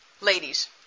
ladies